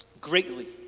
greatly